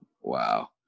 wow